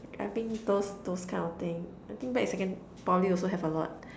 I think those those kind of thing I think back in second~ Poly also have a lot